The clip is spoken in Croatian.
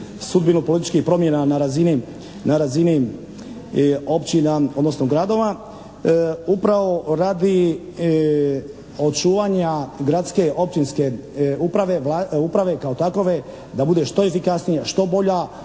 sudbinu političkih promjena na razini općina, odnosno gradova upravo radi očuvanja gradske, općinske uprave kao takove da bude što efikasnija, što bolja,